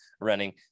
running